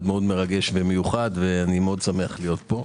מאוד מרגש ומיוחד ואני מאוד שמח להיות פה.